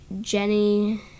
Jenny